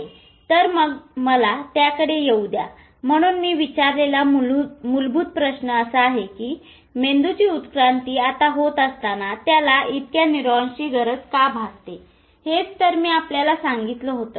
तर मग मला त्याकडे येऊ द्या म्हणून मी विचारलेला मूलभूत प्रश्न असा आहे की मेंदूची उत्क्रांती आता होत असताना त्याला इतक्या न्यूरॉन्सची गरज का भासते हेच तर मी आपल्याला सांगितलं होतं